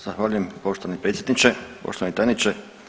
Zahvaljujem poštovani predsjedniče, poštovani tajniče.